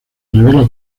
revela